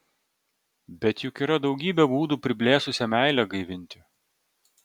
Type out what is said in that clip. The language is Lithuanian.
bet juk yra daugybė būdų priblėsusią meilę gaivinti